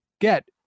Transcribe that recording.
get